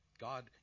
God